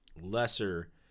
lesser –